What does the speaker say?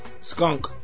skunk